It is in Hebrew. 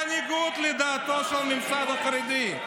בניגוד לדעתו של הממסד החרדי.